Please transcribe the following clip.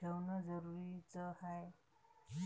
ठेवणं जरुरीच हाय?